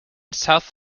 south